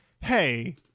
hey